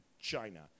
China